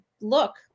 look